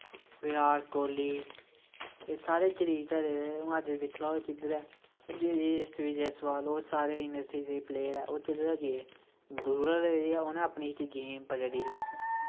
विराट कोह्ली सारे गरीब घरे दे अज दिक्खी लैओ किध्दर ऐ यशैसवी जैसवाल ओह् इन्नें स्ह्ई स्ह्ई प्लेयर ऐं ओह् कुद्दरा दा गे रुरल एरिया दा उनैं इक अपनीं गेम पकड़ी ही